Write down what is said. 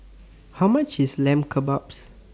How much IS Lamb Kebabs